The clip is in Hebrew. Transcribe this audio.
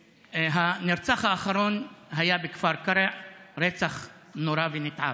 הנרצח האחרון היה בכפר קרע, רצח נורא ונתעב.